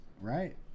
Right